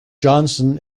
johnson